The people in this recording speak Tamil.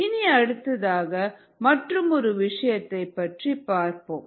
இனி அடுத்ததாக மற்றும் ஒரு விஷயத்தைப் பற்றி பார்ப்போம்